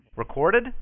Recorded